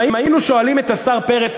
אם היינו שואלים את השר פרץ,